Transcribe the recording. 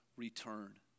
Return